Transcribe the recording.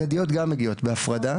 חרדיות גם מגיעות בהפרדה